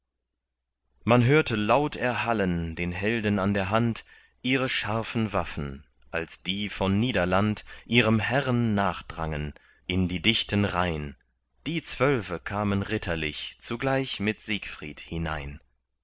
man hörte laut erhallen den helden an der hand ihre scharfen waffen als die von niederland ihrem herrn nachdrangen in die dichten reihn die zwölfe kamen ritterlich zugleich mit siegfried hinein